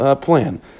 plan